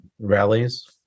rallies